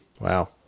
Wow